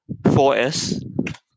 4S